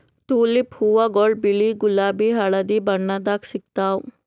tulip ಹೂವಾಗೊಳ್ ಬಿಳಿ ಗುಲಾಬಿ ಹಳದಿ ಬಣ್ಣದಾಗ್ ಸಿಗ್ತಾವ್